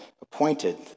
appointed